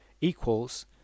equals